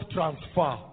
Transfer